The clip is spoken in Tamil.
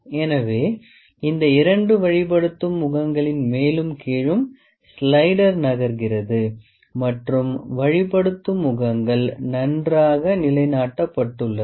எனவே இந்த இரண்டு வழிப்படுத்தும் முகங்களின் மேலும் கீழும் ஸ்லைடர் நகர்கிறது மற்றும் வழிப்படுத்தும் முகங்கள் நன்றாக நிலை நாட்டப்பட்டுள்ளது